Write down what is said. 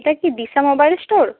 এটা কি Disha mobile store